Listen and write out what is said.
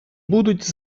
будуть